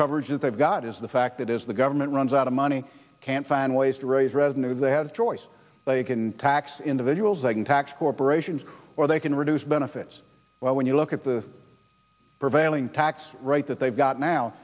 coverage they've got is the fact that is the government runs out of money can't find ways to raise revenue they have choice they can tax individuals they can tax corporations or they can reduce benefits well when you look at the prevailing tax right that they've got now